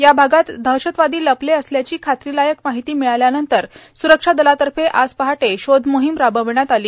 या भागात दहशतवादी लपले असल्याची खात्रीलायक माहिती मिळाल्यानंतर सुरक्षा दलातर्फे आज पहाटे शोधमोहीम राबविण्यात आली